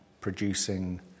producing